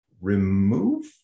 remove